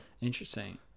Interesting